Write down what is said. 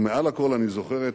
ומעל הכול אני זוכר את